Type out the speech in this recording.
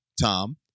Tom